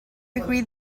agree